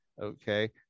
okay